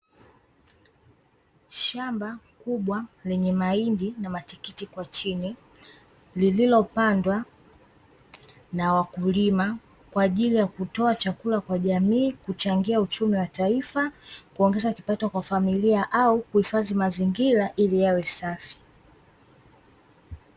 Shamba kubwa lenye mahindi na matikiti kwa chini, lililopandwa na wakulima kwa ajili ya kutoa chakula kwa jamii, kuchangia uchumi wa taifa, kuongeza kipato kwa familia au kuhifadhi mazingira, ili yawe safi.